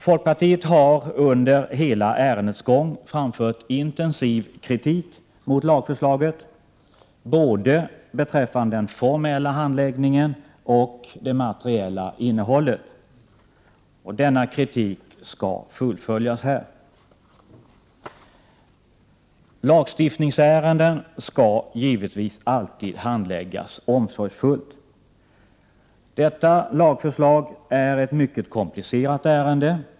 Folkpartiet har under hela ärendets gång framfört intensiv kritik mot lagförslaget både beträffande den formella handläggningen och beträffande det materiella innehållet. Denna kritik skall fullföljas här. Lagstiftningsärenden skall givetvis alltid handläggas omsorgsfullt. Detta lagförslag är ett mycket komplicerat ärende.